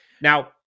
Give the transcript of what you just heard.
Now